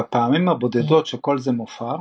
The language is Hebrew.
בפעמים הבודדות שכל זה מופר,